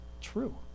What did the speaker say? true